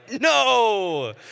no